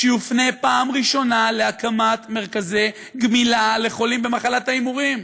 שיופנה פעם ראשונה להקמת מרכזי גמילה לחולים במחלת ההימורים.